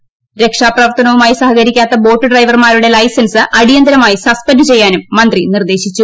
നിർദേശം രക്ഷാപ്രവർത്തനവുമായി സഹകരിക്കാത്ത ബോട്ടുഡ്രൈവർമാരുടെ ലൈസൻസ് അടിയന്തരമായി സസ്പെന്റു ചെയ്യാനും മന്ത്രി നിർദേശിച്ചു